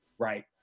right